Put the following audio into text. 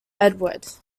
edward